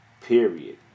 period